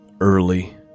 early